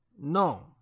No